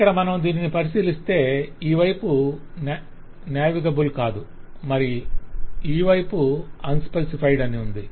ఇక్కడ మనం దీనిని పరిశీలిస్తే ఈ వైపు నావిగేబుల్ కాదు మరి ఈ వైపు అన్ స్పెసిఫైడ్ అని ఉంది